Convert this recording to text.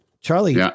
Charlie